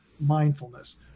mindfulness